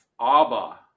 Abba